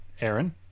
Aaron